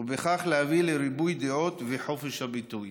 ובכך להביא לריבוי דעות וחופש הביטוי.